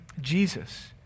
Jesus